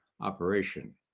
operation